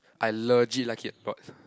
I legit like it a lot